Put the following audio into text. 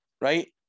right